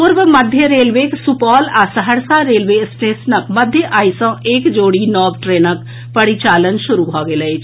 पूर्व मध्य रेलवेक सुपौल आ सहरसा रेलवे स्टेशनक मध्य आइ सँ एक जोड़ी नव ट्रेनक परिचालन शुरू भऽ गेल अछि